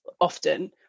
often